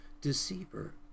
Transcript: deceiver